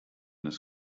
his